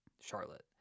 Charlotte